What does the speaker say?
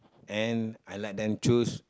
and I let them choose